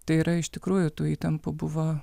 tai yra iš tikrųjų tų įtampų buvo